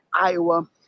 Iowa